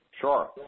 Sure